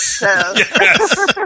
Yes